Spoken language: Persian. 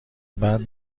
بعد